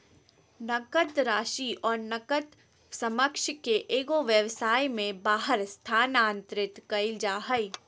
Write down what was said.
नकद राशि और नकद समकक्ष के एगो व्यवसाय में बाहर स्थानांतरित कइल जा हइ